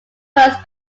post